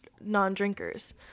non-drinkers